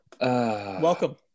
welcome